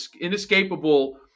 inescapable